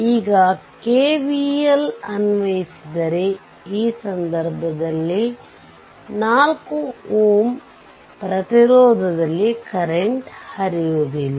ಈಗ KVLಅನ್ವಯಿಸಿದರೆ ಈ ಸಂದರ್ಭದಲ್ಲಿ 4 Ω ಪ್ರತಿರೋಧದಲ್ಲಿ ಕರೆಂಟ್ ಹರಿಯುವುದಿಲ್ಲ